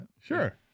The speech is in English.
Sure